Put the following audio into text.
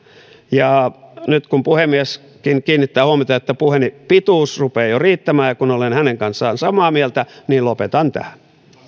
ja nyt kun puhemieskin kiinnittää huomiota että puheeni pituus rupeaa jo riittämään ja kun olen hänen kanssaan samaa mieltä niin lopetan tähän